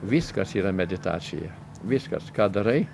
viskas yra meditacija viskas ką darai